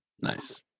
Nice